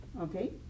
Okay